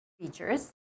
features